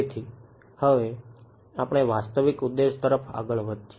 તેથી હવે આપણે વાસ્તવિક છે